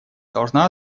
должна